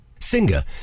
Singer